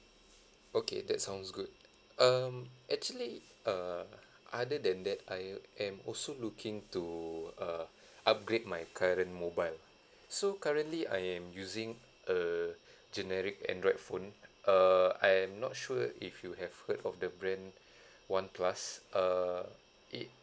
okay that sounds good um actually uh other than that I am also looking to uh upgrade my current mobile so currently I am using a generic android phone err I'm not sure if you have heard of the brand one plus err it